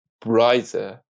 brighter